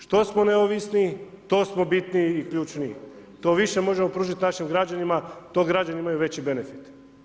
Što smo neovisniji, to smo bitniji i ključniji, to više možemo pružiti našim građanima, to građani imaju veći benefit.